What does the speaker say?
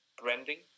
Branding